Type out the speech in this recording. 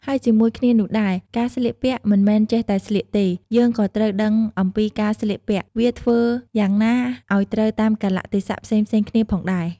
ហើយជាមួយគ្នានោះដែរ ការស្លៀកពាក់មិនមែនចេះតែស្លៀកទេ យើងក៏ត្រូវដឹងអំពីការស្លៀកពាក់វាធ្វើយ៉ាងណាឲ្យត្រូវតាមកាលៈទេសៈផ្សេងៗគ្នាផងដែរ។